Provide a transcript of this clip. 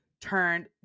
turned